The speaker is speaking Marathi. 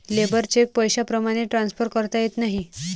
लेबर चेक पैशाप्रमाणे ट्रान्सफर करता येत नाही